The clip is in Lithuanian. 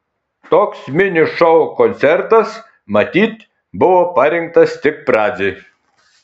toks mini šou koncertas matyt buvo parinktas tik pradžiai